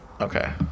Okay